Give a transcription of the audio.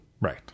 Right